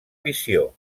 visió